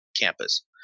campus